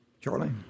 Charlie